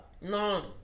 no